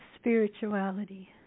spirituality